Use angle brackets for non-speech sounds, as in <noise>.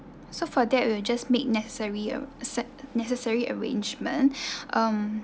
so for that we'll just make necessary or set necessary arrangement <breath> um